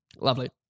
Lovely